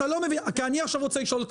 כי אני רוצה לשאול,